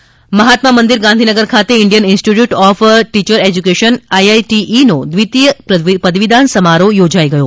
ઈ મહાત્મા મંદિર ગાંધીનગર ખાતે Indian Institute of teacher education IITE નો દ્રિતીય પદવીદાન સમારોહ યોજાઈ ગયો